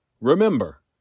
Remember